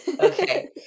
Okay